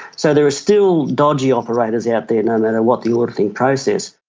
so there are still dodgy operators out there, no matter what the auditing process.